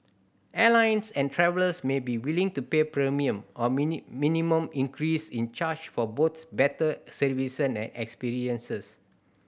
airlines and travellers may be willing to pay premium or minimum increase in charge for both better services and experiences